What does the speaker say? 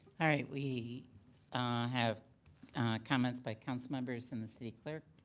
all right we have comments by council members and the city clerk,